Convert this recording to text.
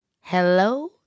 Hello